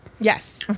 Yes